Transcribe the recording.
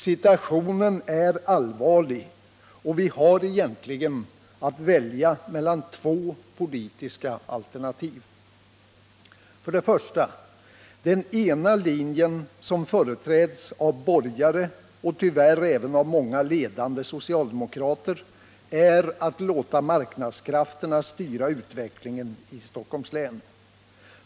Situationen är allvarlig, och vi har egentligen att välja mellan två politiska alternativ: Den ena linjen, som företräds av borgare, och tyvärr även av många ledande socialdemokrater, är att låta marknadskrafterna styra utvecklingen i Stockholms län.